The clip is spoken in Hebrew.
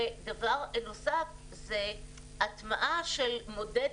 ודבר נוסף זה הטמעה של מודל